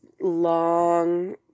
long